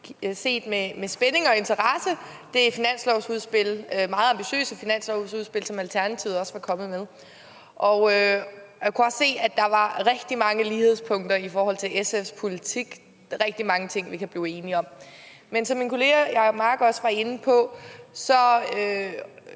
også med spænding og interesse set det meget ambitiøse finanslovsudspil, som Alternativet er kommet med. Jeg kan også se, at der er rigtig mange lighedspunkter i forhold til SF's politik. Der er rigtig mange ting, vi kan blive enige om. Men som min kollega hr. Jacob Mark også var inde på,